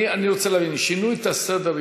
אני רוצה להבין: שינו את סדר-היום?